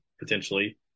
potentially